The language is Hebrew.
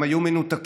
הם היו מנותקים.